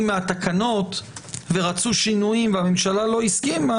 מהתקנות ורצו שינויים והממשלה לא הסכימה,